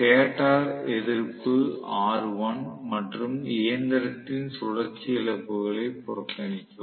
stator எதிர்ப்பு R1 மற்றும் இயந்திரத்தின் சுழற்சி இழப்புகளை புறக்கணிக்கவும்